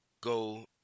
go